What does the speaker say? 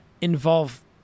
involve